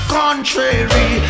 contrary